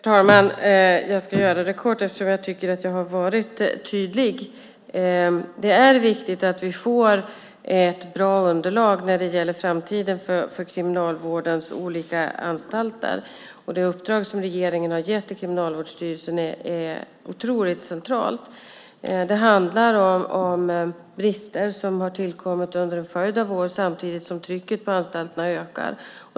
Herr talman! Jag ska bara säga något kort eftersom jag tycker att jag har varit tydlig. Det är viktigt att vi får ett bra underlag när det gäller framtiden för Kriminalvårdens olika anstalter. Det uppdrag som regeringen har gett till Kriminalvårdsstyrelsen är otroligt centralt. Det handlar om brister som har tillkommit under en följd av år samtidigt som trycket på anstalterna ökar.